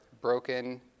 broken